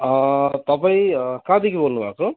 तपाईँ कहाँदेखि बोल्नुभएको